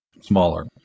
smaller